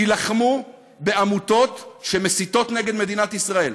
תילחמו בעמותות שמסיתות נגד מדינת ישראל,